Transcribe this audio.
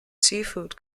seafood